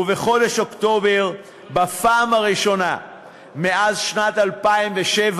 ובחודש אוקטובר, בפעם הראשונה מאז שנת 2007,